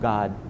God